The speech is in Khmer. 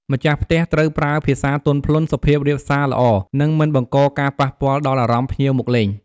ម្ចាស់ផ្ទះត្រូវប្រើភាសាទន់ភ្លន់ សុភាពរាបសាល្អ និងមិនបង្ករការប៉ះពាល់ដល់អារម្មណ៍ភ្ញៀវមកលេង។